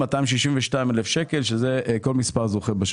262 אלף שקלים שזה כל מספר זוכה.